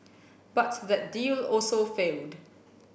but that deal also failed